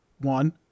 One